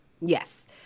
Yes